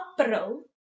April